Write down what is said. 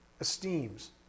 esteems